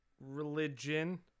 religion